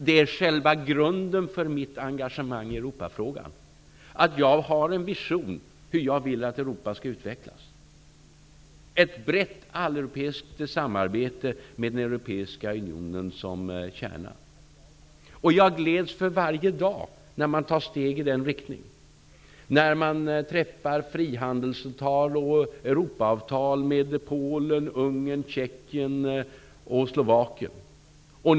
Det är själva grunden för mitt engagemang i Europafrågan, att jag har en vision om hur jag vill att Europa skall utvecklas -- ett brett alleuropeiskt samarbete med den europeiska unionen som kärna. Jag gläds för varje dag när man tar steg i den riktningen. Man träffar frihandelsavtal och Europaavtal med Polen, Ungern, Tjeckien och Slovakien.